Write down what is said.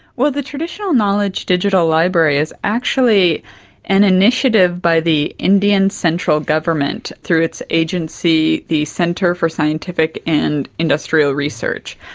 well, the traditional knowledge digital library is actually an initiative by the indian central government through its agency the centre for scientific and industrial research.